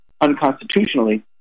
unconstitutionally